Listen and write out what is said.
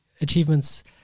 achievements